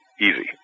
easy